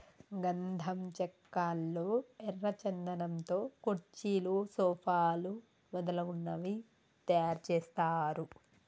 గంధం చెక్కల్లో ఎర్ర చందనం తో కుర్చీలు సోఫాలు మొదలగునవి తయారు చేస్తారు